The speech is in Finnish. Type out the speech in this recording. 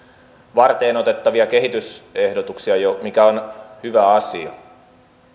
varteenotettavia kehitysehdotuksia mikä on hyvä asia